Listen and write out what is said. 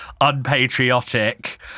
unpatriotic